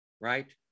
right